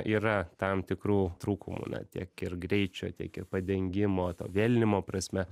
yra tam tikrų trūkumų na tiek ir greičio tiek ir padengimo to vėlinimo prasme